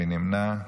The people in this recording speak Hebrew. מי נמנע?